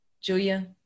Julia